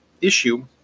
issue